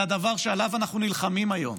זה הדבר שעליו אנחנו נלחמים היום.